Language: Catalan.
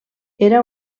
era